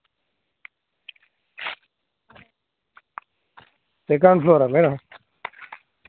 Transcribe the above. second ఫ్లోరా madam